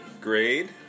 grade